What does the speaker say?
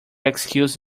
excuse